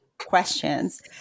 Questions